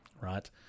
right